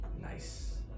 nice